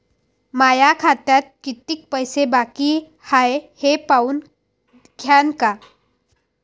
माया खात्यात कितीक पैसे बाकी हाय हे पाहून द्यान का?